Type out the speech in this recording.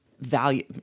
value